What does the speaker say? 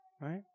right